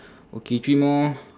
okay three more